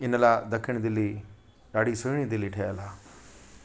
इन लाइ दखिण दिल्ली ॾाढी सुहिणी दिल्ली ठहियल आहे